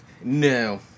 No